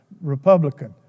Republican